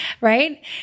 right